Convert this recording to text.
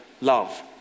love